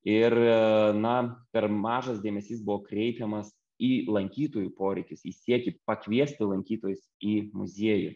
ir na per mažas dėmesys buvo kreipiamas į lankytojų poreikis į siekį pakviesti lankytojus į muziejų